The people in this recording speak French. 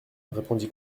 répondit